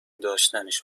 داشتنش